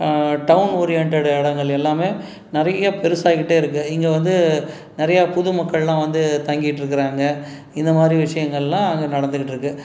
down oriented இடங்கள் எல்லாமே நிறைய பெருசாகிக்கிட்டே இருக்குது இங்கே வந்து நிறையா புது மக்கள்லாம் வந்து தங்கிட்டு இருக்காங்க இந்த மாதிரி விஷயங்கள்லாம் அங்கே நடந்துக்கிட்டிருக்கு